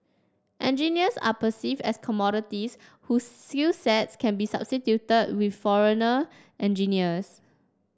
engineers are perceived as commodities whose skills sets can be substituted with foreigner engineers